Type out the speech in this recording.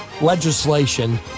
legislation